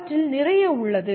அவற்றில் நிறைய உள்ளது